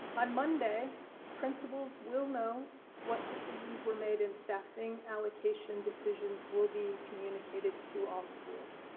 on monday principals will know what decisions were made in staffing allocation decisions will be communicated to all schools.